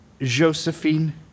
Josephine